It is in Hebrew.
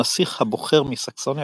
הנסיך הבוחר מסקסוניה